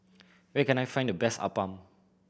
where can I find the best appam